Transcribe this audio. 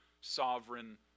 sovereign